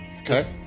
Okay